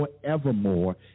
forevermore